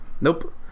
Nope